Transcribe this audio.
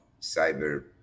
cyber